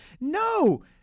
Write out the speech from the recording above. no